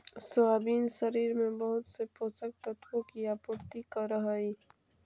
soybean शरीर में बहुत से पोषक तत्वों की आपूर्ति करअ हई